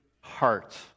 heart